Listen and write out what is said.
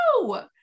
No